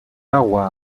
agua